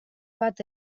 bat